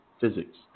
physics